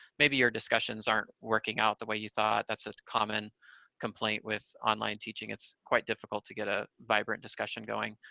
maybe your discussions aren't working out the way you thought. that's a common complaint with online teaching. it's quite difficult to get a vibrant discussion going,